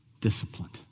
disciplined